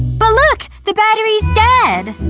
but look! the battery's dead!